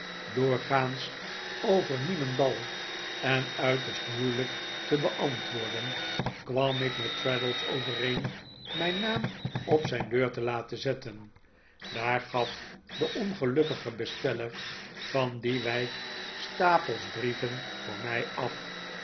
doorgaans over niemendal en uiterst moeilijk te beantwoorden kwam ik met traddles overeen mijn naam op zijn deur te laten zetten daar gaf de ongelukkige besteller van die wijk stapels brieven voor mij af